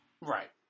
Right